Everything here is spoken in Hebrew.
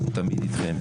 אני תמיד איתכם,